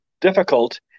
difficult